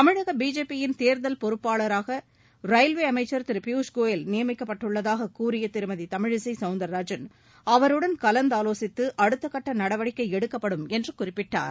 தமிழக பிஜேபி யின் தேர்தல் பொறுப்பாளராக ரயில்வே அமைச்சர் திரு பியூஷ் கோயல் நியமிக்கப்பட்டுள்ளதாக கூறிய திருமதி தமிழிசை சவுந்திராஜன் அவருடன் கலந்தாலோசித்து அடுத்தக்கட்ட நடவடிக்கை எடுக்கப்படும் என்றும் குறிப்பிட்டார்